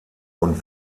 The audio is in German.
und